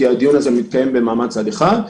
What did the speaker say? כי הדיון הזה מתקיים במעמד צד אחד.